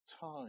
time